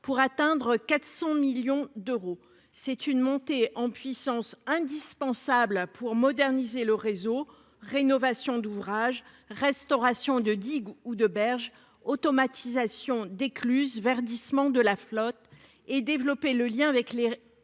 pour atteindre 400 millions d'euros. Cette montée en puissance est indispensable pour moderniser le réseau : rénovation d'ouvrages, restauration de digues ou de berges, automatisation d'écluses, verdissement de la flotte, etc. Elle permettra de